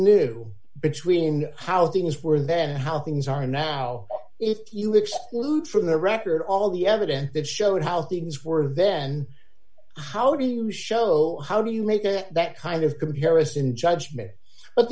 new between how things were then how things are now if you exclude from the record all the evidence that showed how things were then how do you show how do you make that kind of comparison judgment but